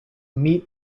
meet